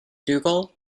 dougal